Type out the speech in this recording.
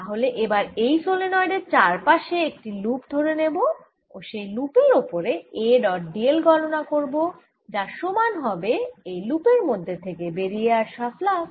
তাহলে এবার এই সলেনয়েড এর চার পাশে একটি লুপ ধরে নেব ও সেই লুপের ওপরে A ডট d l গণনা করব যার সমান হবে এই লুপের মধ্যে থেকে বেরিয়া আসা ফ্লাক্স